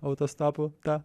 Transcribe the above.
autostopu ta